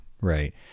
right